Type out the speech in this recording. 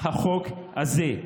החוק הזה.